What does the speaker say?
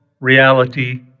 Reality